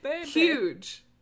Huge